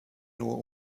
nur